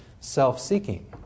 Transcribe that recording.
self-seeking